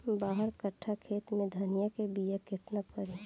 बारह कट्ठाखेत में धनिया के बीया केतना परी?